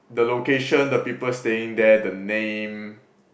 the location the people staying there the name